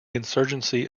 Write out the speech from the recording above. insurgency